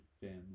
family